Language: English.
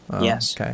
yes